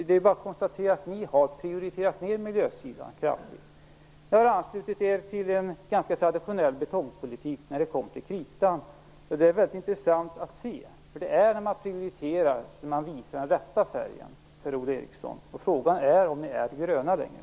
Det är bara att konstatera att ni inte prioriterar miljösidan. Ni anslöt er till en ganska traditionell betongpolitik när det kom till kritan. Det är väldigt intressant att se. Det är när man prioriterar som man visar den rätta färgen, Per-Ola Eriksson. Frågan är om ni är gröna längre.